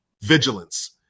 Vigilance